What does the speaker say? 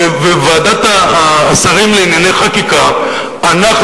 בוועדת השרים לענייני חקיקה אנחנו,